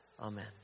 Amen